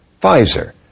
Pfizer